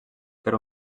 per